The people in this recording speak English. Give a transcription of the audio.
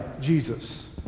Jesus